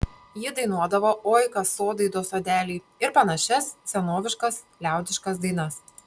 ji dainuodavo oi kas sodai do sodeliai ir panašias senoviškas liaudiškas dainas